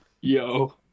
Yo